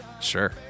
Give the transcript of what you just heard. Sure